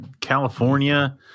California